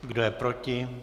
Kdo je proti?